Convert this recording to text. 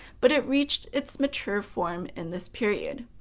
but it reached its mature form in this period.